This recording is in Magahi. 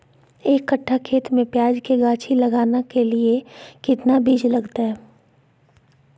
एक कट्ठा खेत में प्याज के गाछी लगाना के लिए कितना बिज लगतय?